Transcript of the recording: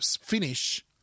finish